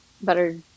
better